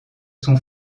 son